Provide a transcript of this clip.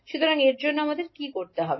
সুতরাং এর জন্য আমাদের কী করতে হবে